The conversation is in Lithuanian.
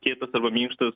kietas arba minkštas